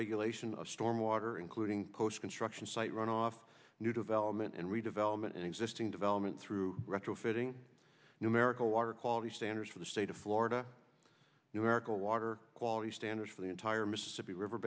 regulation of storm water including coast construction site runoff new development and redevelopment and existing development through retrofitting numerical water quality standards for the state of florida numerical water quality standards for the entire mississippi river